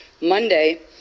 Monday